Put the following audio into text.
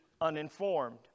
uninformed